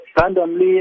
randomly